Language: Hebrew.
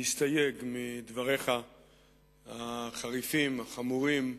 להסתייג מדבריך החריפים, החמורים,